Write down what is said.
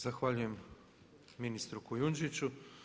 Zahvaljujem ministru Kujundžiću.